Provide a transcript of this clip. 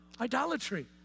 idolatry